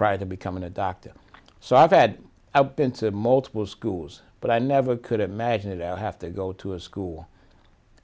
prior to becoming a doctor so i said i've been to multiple schools but i never could imagine it i have to go to a school